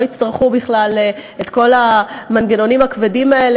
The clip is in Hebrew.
שלא יצטרכו בכלל את כל המנגנונים הכבדים האלה.